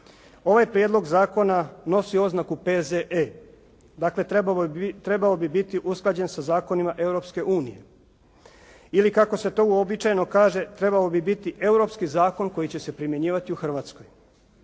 Ovaj prijedlog zakona nosi oznaku P.Z.E. dakle bi biti usklađen sa zakonima Europske unije. Ili kako se to uobičajeno kaže trebao bi biti europski zakon koji će se primjenjivati u Hrvatskoj.